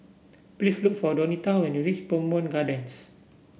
please look for Donita when you reach Bowmont Gardens